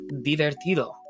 divertido